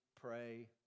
pray